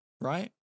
right